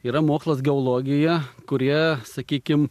yra mokslas geologijoje kurie sakykim